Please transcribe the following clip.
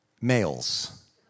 males